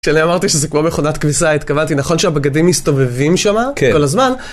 שאני אמרתי שזה כמו מכונת כביסה, התכוונתי, נכון שהבגדים מסתובבים שם כל הזמן?